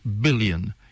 billion